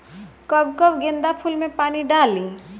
कब कब गेंदा फुल में पानी डाली?